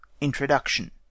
Introduction